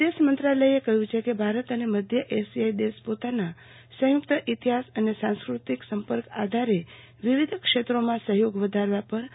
વિદેશમંત્રાલયે કહ્યું છે કે ભારત અને મધ્ય એશિયાઈ દેશ પોતાના સંયુક્ત ઇતિહાસ અને સાંસ્કૃતિક સંપર્ક આધારે વિવિધ ક્ષેત્રોમાં સહયોગ વધારવા પર વિચાર વિમર્શ કરશે